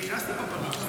אני נכנסתי בפגרה.